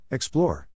Explore